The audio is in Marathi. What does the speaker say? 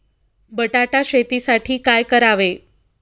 बटाटा शेतीसाठी काय करावे?